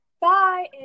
bye